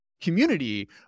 community